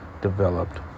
developed